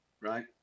right